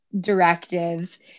directives